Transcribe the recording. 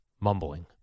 mumbling